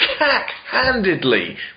cack-handedly